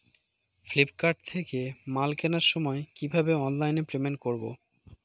Flipkart থেকে মাল কেনার সময় কিভাবে অনলাইনে পেমেন্ট করব?